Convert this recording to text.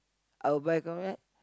I will buy